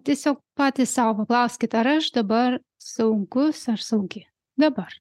tiesiog patys sau paklauskit ar aš dabar saugus ar saugi dabar